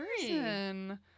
person